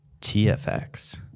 TFX